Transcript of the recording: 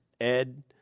Ed